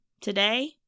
today